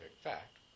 fact